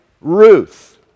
Ruth